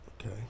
Okay